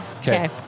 Okay